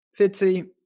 Fitzy